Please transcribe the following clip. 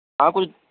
ہاں کچھ